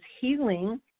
healing